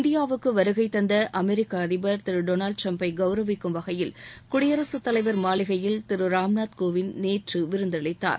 இந்தியாவுக்கு வருகைதந்த அமெரிக்க அதிபர் திரு டொனால்டு டிரம்பை கவுரவிக்கும் வகையில் குடியரசுத் தலைவர் மாளிகையில் திரு ராம்நாத் கோவிந்த் நேற்று விருந்தளித்தார்